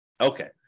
Okay